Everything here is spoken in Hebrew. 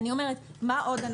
לא.